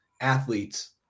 athletes